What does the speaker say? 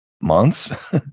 months